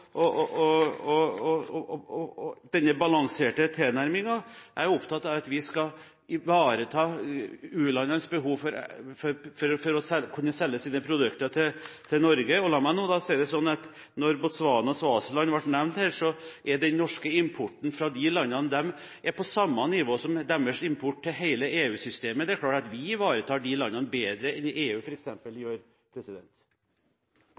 gjøre jobben skikkelig. Når det gjelder denne balanserte tilnærmingen, er jeg opptatt av at vi skal ivareta u-landenes behov for å kunne selge sine produkter til Norge. Botswana og Swaziland ble nevnt her, og den norske importen fra de landene er på samme nivå som det hele EU-systemet importerer fra de samme landene. Det er klart at vi ivaretar de landene bedre enn EU